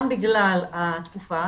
גם בגלל התקופה,